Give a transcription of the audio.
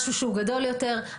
משהו שהוא גדול יותר.